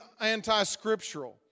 anti-scriptural